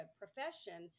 profession